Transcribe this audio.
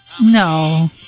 No